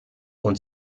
und